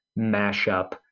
mashup